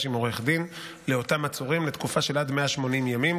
עם עורך דין לאותם עצורים לתקופה של עד 180 ימים,